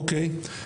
אוקיי.